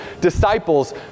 disciples